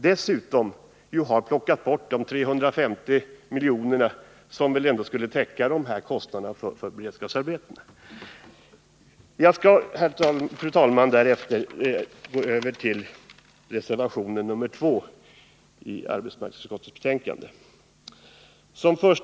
Utskottet föreslår också att de 350 milj.kr. vilka skulle täcka kostnaderna för beredskapsarbetena skall utgå. Jag skall, fru talman, också kommentera reservationen 2 vid arbetsmarknadsutskottets betänkande nr 25.